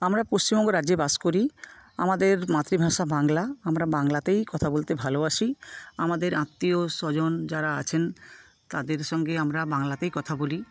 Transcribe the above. আমরা পশ্চিমবঙ্গ রাজ্যে বাস করি আমাদের মাতৃভাষা বাংলা আমরা বাংলাতেই কথা বলতে ভালোবাসি আমাদের আত্মীয়স্বজন যারা আছেন তাদের সঙ্গে আমরা বাংলাতেই কথা বলি